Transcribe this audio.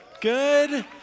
Good